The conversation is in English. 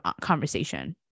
conversation